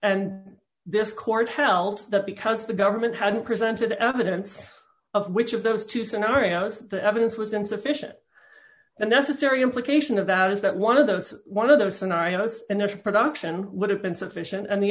and this court held that because the government hadn't presented evidence of which of those two scenarios the evidence was insufficient the necessary implication of that is that one of those one of those scenarios enough production would have been sufficient and the